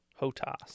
HOTAS